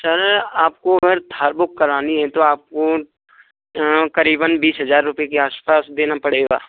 sir आपको अगर Thar book करानी है तो आपको करीबन बीस हजार रुपए के आसपास देना पड़ेगा